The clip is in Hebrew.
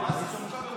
מה זה סוקה ברוסית?